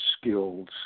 skills